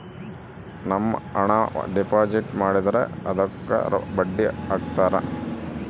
ನಮ್ ಹಣ ಡೆಪಾಸಿಟ್ ಮಾಡಿದ್ರ ಅದುಕ್ಕ ಬಡ್ಡಿ ಹಕ್ತರ